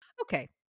Okay